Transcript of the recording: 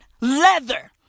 Leather